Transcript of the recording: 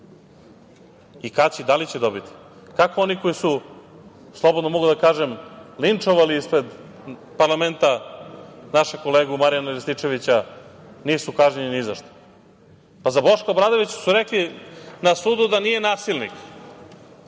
dobio i da li će dobiti? Kako oni koji su, slobodno mogu da kažem, linčovali ispred parlamenta našeg kolegu Marijana Rističevića nisu kažnjeni ni za šta? Pa, za Boška Obradovića su rekli na sudu da nije nasilnik.